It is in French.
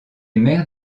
maire